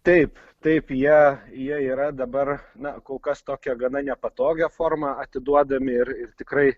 taip taip jie jie yra dabar na kol kas tokia gana nepatogia forma atiduodami ir ir tikrai